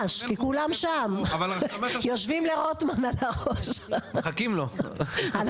אני מניחה שבהמשך לכללים שוועדת הכנסת תקבע בחקיקת משנה בעניין